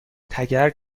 تگرگ